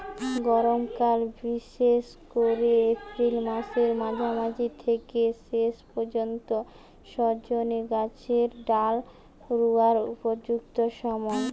গরমকাল বিশেষ কোরে এপ্রিল মাসের মাঝামাঝি থিকে শেষ পর্যন্ত সজনে গাছের ডাল রুয়ার উপযুক্ত সময়